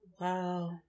Wow